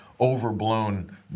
overblown